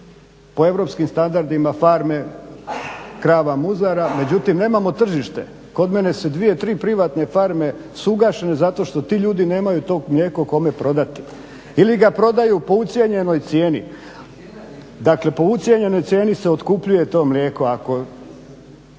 po europskim standardima farme krava muzara, međutim nemamo tržište. Kod mene su dvije, tri privatne farme su ugašene zato što ti ljudi nemaju to mlijeko kome prodati. Ili ga prodaju po ucijenjenoj cijeni. Dakle, po ucijenjenoj cijeni se otkupljuje to mlijeko.